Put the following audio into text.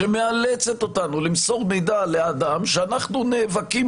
שמאלצת אותנו למסור מידע לאדם שאנחנו נאבקים